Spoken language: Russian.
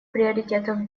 приоритетов